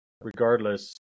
regardless